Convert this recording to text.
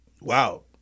Wow